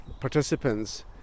participants